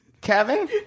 Kevin